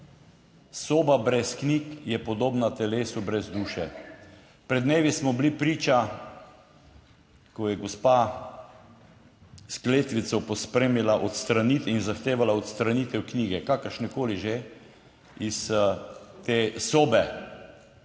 Soba brez knjig je podobna telesu brez duše. Pred dnevi smo bili priča, ko je gospa s kletvico pospremila odstraniti in zahtevala odstranitev knjige, kakršnekoli že, iz te sobe.